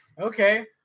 Okay